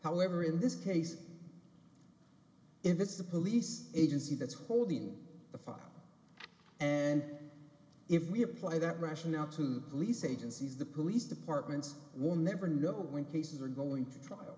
however in this case if it's the police agency that's holding the file if we apply that rationale to the police agencies the police departments will never know when cases are going to trial